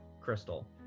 Crystal